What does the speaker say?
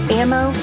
ammo